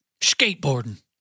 skateboarding